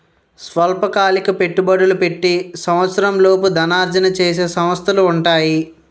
స్వల్పకాలిక పెట్టుబడులు పెట్టి సంవత్సరంలోపు ధనార్జన చేసే సంస్థలు ఉంటాయి